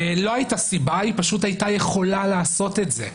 לא הייתה סיבה היא פשוט הייתה יכולה לעשות את זה.